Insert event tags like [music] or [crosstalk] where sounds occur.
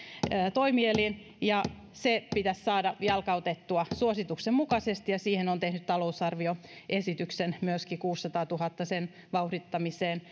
toimielin ja se pitäisi saada jalkautettua suosituksen mukaisesti ja siihen on tehty talousarvioesitykseen myöskin kuudensadantuhannen sen vauhdittamiseen [unintelligible]